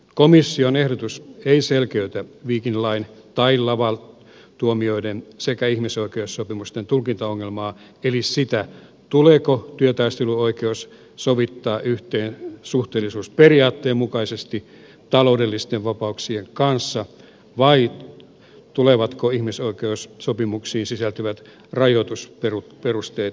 komission ehdotus ei selkeytä viking line tai laval tuomioiden sekä ihmisoikeussopimusten tulkintaongelmaa eli sitä tuleeko työtaisteluoikeus sovittaa yhteen suhteellisuusperiaatteen mukaisesti taloudellisten vapauksien kanssa vai tulevatko ihmisoikeussopimuksiin sisältyvät rajoitusperusteet sovellettaviksi